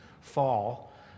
fall